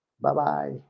Bye-bye